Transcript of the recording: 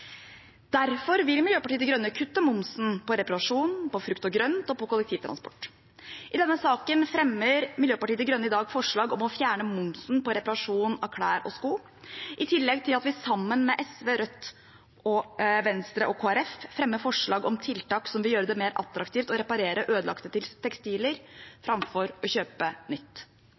Derfor vil Miljøpartiet De Grønne kutte momsen på reparasjon, på frukt og grønt og på kollektivtransport. I denne saken fremmer Miljøpartiet De Grønne i dag forslag om å fjerne momsen på reparasjon av klær og sko, i tillegg til at vi, sammen med SV, Rødt, Venstre og Kristelig Folkeparti, fremmer forslag om tiltak som vil gjøre det mer attraktivt å reparere ødelagte tekstiler framfor å kjøpe nytt.